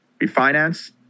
refinance